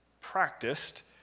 practiced